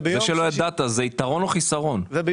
זה שלא ידעת זה יתרון או חיסרון?